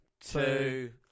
two